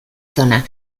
zona